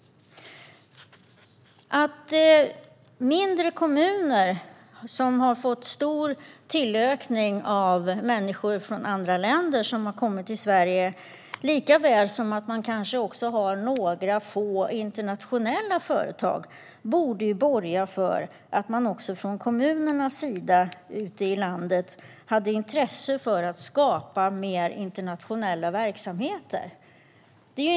Att mindre kommuner har fått stor tillökning i form av människor som har kommit till Sverige från andra länder, liksom att de kanske har några få internationella företag, borde borga för att även kommunerna ute i landet har intresse för att skapa mer internationella verksamheter.